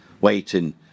waiting